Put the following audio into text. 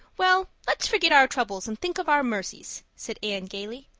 well, let's forget our troubles and think of our mercies, said anne gaily.